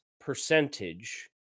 percentage